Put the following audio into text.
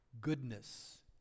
goodness